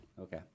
Okay